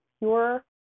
pure